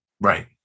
Right